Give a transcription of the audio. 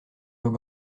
veut